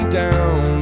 down